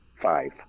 five